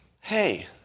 Hey